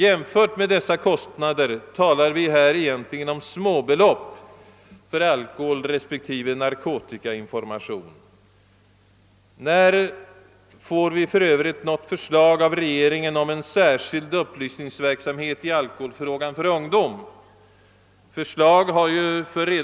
Jämfört med dessa kostnader talar vi tydligen här om småbelopp för alkoholrespektive narkotikainformation. När får riksdagen för övrigt något förslag av regeringen om en särskild upplysningsverksamhet för ungdom i alkoholfrågan? Ett sådant förslag har för